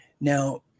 Now